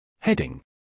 Heading